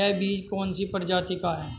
यह बीज कौन सी प्रजाति का है?